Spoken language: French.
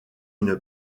une